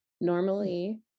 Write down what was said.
normally